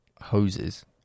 hoses